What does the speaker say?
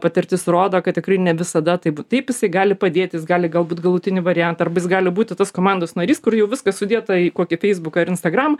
patirtis rodo kad tikrai ne visada taip taip jisai gali padėti jis gali galbūt galutinį variantą arba jis gali būti tos komandos narys kur jau viskas sudėta į kokį feisbuką ir instagram